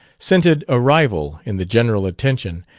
scented a rival in the general attention,